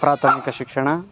ಪ್ರಾಥಮಿಕ ಶಿಕ್ಷಣ